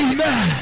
Amen